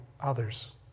others